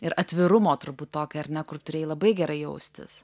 ir atvirumo turbūt tokio ar ne kur turėjai labai gerai jaustis